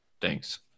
Thanks